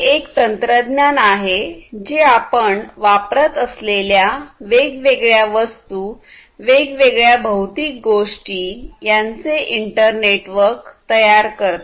हे एक तंत्रज्ञान आहे जे आपण वापरत असलेल्या वेगवेगळ्या वस्तू वेगवेगळ्या भौतिक गोष्टी यांचे इंटरनेटवर्क तयार करते